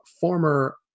former